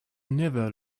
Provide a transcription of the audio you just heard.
neither